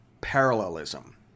parallelism